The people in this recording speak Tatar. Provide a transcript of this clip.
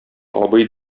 абый